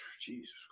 Jesus